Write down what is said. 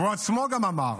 והוא עצמו גם אמר,